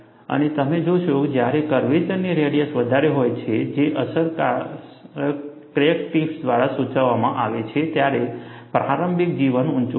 અને તમે જોશો કે જ્યારે કર્વેચરની રેડિયસ વધારે હોય છે જે અસ્પષ્ટ ક્રેક ટીપ્સ દ્વારા સૂચવવામાં આવે છે ત્યારે પ્રારંભિક જીવન ઊંચું હોય છે